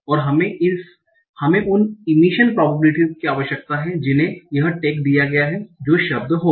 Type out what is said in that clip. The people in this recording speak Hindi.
और हमें उन इमिशन प्रोबेबिलिटीस की आवश्यकता है जिन्हें यह टैग दिया गया है जो शब्द होगा